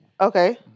Okay